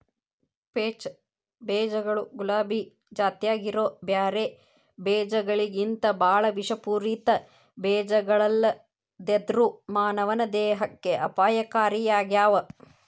peach ಬೇಜಗಳು ಗುಲಾಬಿ ಜಾತ್ಯಾಗಿರೋ ಬ್ಯಾರೆ ಬೇಜಗಳಿಗಿಂತಬಾಳ ವಿಷಪೂರಿತ ಬೇಜಗಳಲ್ಲದೆದ್ರು ಮಾನವನ ದೇಹಕ್ಕೆ ಅಪಾಯಕಾರಿಯಾಗ್ಯಾವ